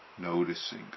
noticing